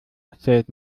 erzählt